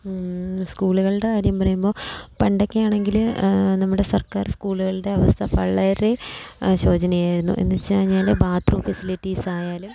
സ്കൂളുകളുടെ കാര്യം പറയുമ്പോൾ പണ്ടൊക്കെയാണെങ്കിൽ നമ്മുടെ സർക്കാർ സ്കൂളുകളുടെ അവസ്ഥ വളരെ ശോചനീയമായിരുന്നു എന്നു വെച്ചു കഴിഞ്ഞാൽ ബാത് റൂം ഫെസിലിറ്റീസ് ആയാലും